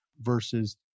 versus